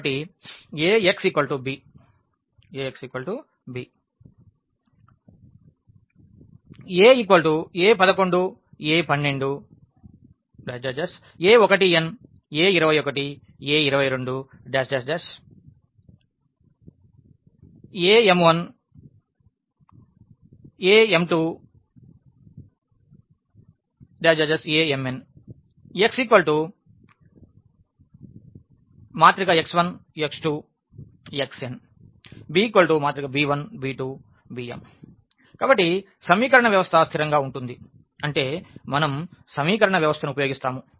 కాబట్టి A x b A a11 a12 a1n a21 a22 a2n ⋱ am1 am2 amn xx1 x2 xn b b1 b2 bm కాబట్టి సమీకరణ వ్యవస్థ స్థిరంగా ఉంటుంది అంటే మనం సమీకరణ వ్యవస్థను ఉపయోగిస్తాము